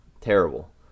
Terrible